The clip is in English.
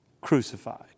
crucified